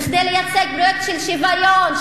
כדי לייצג פרויקט של שוויון,